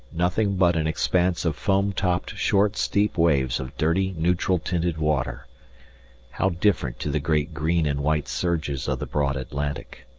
nothing but an expanse of foam-topped short steep waves of dirty neutral-tinted water how different to the great green and white surges of the broad atlantic.